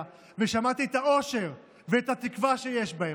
ושמעתי את האושר ואת התקווה שיש בהם.